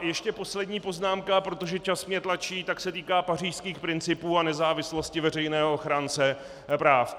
Ještě poslední poznámka, protože čas mě tlačí, se týká pařížských principů a nezávislosti veřejného ochránce práv.